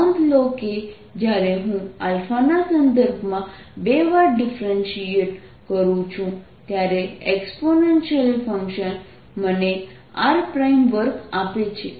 નોંધ લો કે જ્યારે હું ના સંદર્ભમાં બે વાર ડિફરેન્શીએટ કરું છું ત્યારે એક્સ્પોનેન્શલી ફંકશન મને r2 આપે છે